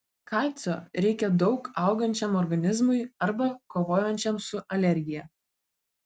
kalcio reikia daug augančiam organizmui arba kovojančiam su alergija